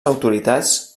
autoritats